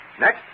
Next